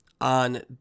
on